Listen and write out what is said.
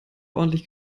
ordentlich